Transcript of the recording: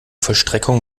vollstreckung